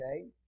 Okay